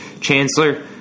chancellor